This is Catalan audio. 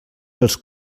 pels